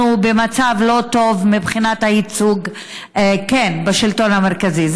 במצב לא טוב מבחינת הייצוג בשלטון המקומי.